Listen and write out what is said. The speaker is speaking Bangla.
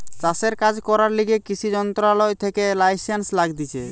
চাষের কাজ করার লিগে কৃষি মন্ত্রণালয় থেকে লাইসেন্স লাগতিছে